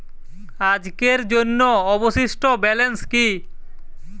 আজকের জন্য অবশিষ্ট ব্যালেন্স কি?